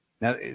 Now